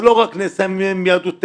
זה לא נעשה רק עם יהדות תימן,